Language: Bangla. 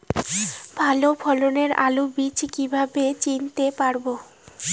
ভালো ফলনের আলু বীজ কীভাবে চিনতে পারবো?